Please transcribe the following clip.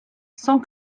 sans